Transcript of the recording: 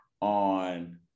on